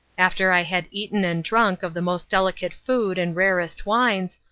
after i had eaten and drunk of the most delicate food and rarest wines,